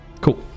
Cool